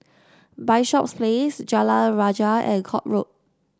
Bishops Place Jalan Rajah and Court Road